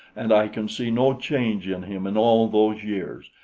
and i can see no change in him in all those years.